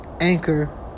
Anchor